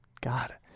God